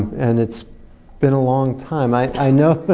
and it's been a long time. i i know.